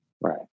right